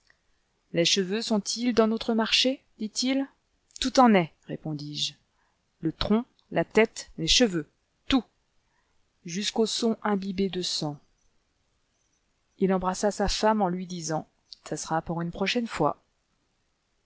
les cheveux sont-ils dans notre marché dit-il tout en est répondis-je le tronc la tête les cheveux tout jusqu'au son imbibé de sang il embrassa sa femme en lui disant ce sera pour une autre fois